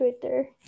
Twitter